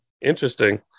Interesting